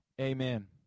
amen